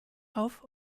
auf